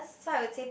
so I would say